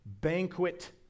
banquet